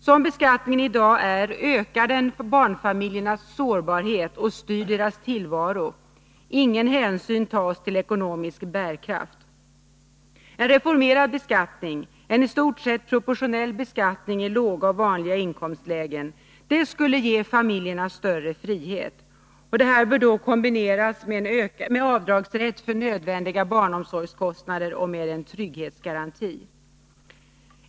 Som beskattningen i dag är, ökar den barnfamiljernas sårbarhet och styr deras tillvaro. Ingen hänsyn tas till ekonomisk bärkraft. En reformerad beskattning, en i stort sett proportionell beskattning i låga och vanliga inkomstlägen, skulle ge familjerna större frihet. Detta bör kombineras med avdragsrätt för nödvändiga barnomsorgskostnader och med en trygghetsgaranti.